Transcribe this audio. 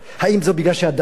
האם זה בגלל שאת דתייה?